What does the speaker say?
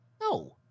No